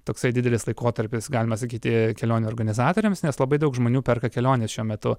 toksai didelis laikotarpis galima sakyti kelionių organizatoriams nes labai daug žmonių perka keliones šiuo metu